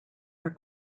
are